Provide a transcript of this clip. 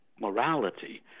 morality